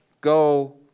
go